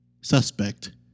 suspect